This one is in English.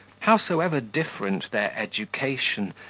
howsoever different their education,